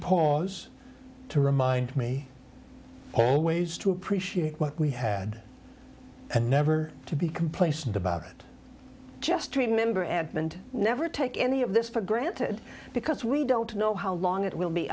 pause to remind me always to appreciate what we had and never to be complacent about it just remember adm and never take any of this for granted because we don't know how long it will be